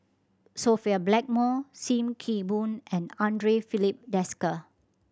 Sophia Blackmore Sim Kee Boon and Andre Filipe Desker